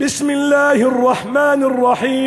האלוהים יתעלה אומר.